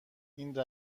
این